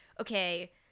okay